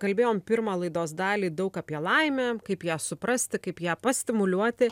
kalbėjom pirmą laidos dalį daug apie laimę kaip ją suprasti kaip ją pastimuliuoti